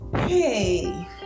Hey